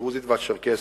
הדרוזית והצ'רקסית,